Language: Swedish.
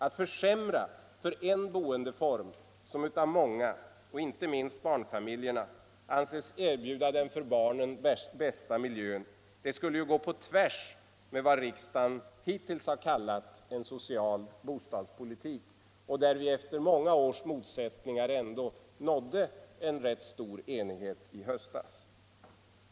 Att försämra en boendeform som av många, inte minst av barnfa miljerna, anses erbjuda den bästa miljön, skulle gå på tvärs med vad riksdagen hittills har kallat en social bostadspolitik, där vi efter många års motsättningar ändå nådde en rätt stor enighet i höstas.